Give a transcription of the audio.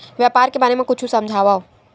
व्यापार के बारे म कुछु समझाव?